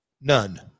none